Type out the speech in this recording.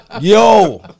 yo